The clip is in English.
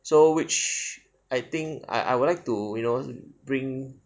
so which I think I I would like to you know bring